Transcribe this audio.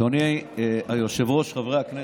אדוני היושב-ראש, חברי הכנסת,